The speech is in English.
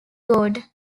god